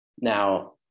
Now